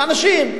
מענישים,